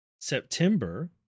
September